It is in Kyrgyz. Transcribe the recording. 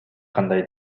кандай